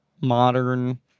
modern